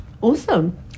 Awesome